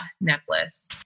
necklace